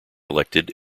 elected